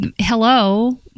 hello